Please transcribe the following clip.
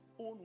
own